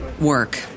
work